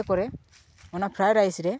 ᱡᱟᱛᱮ ᱠᱚᱨᱮ ᱚᱱᱟ ᱯᱷᱮᱨᱟᱭ ᱨᱟᱭᱤᱥ ᱨᱮ